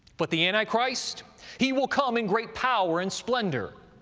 but the antichrist, he will come in great power and splendor.